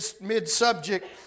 mid-subject